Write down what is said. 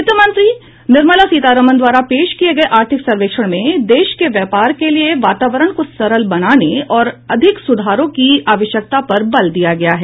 वित्त मंत्री निर्मला सीतारमन द्वारा पेश किये गये आर्थिक सर्वेक्षण में देश में व्यापार के लिए वातावरण को सरल बनाने और अधिक सुधारों की आवश्यकता पर बल दिया गया है